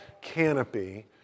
canopy